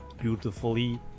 beautifully